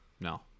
No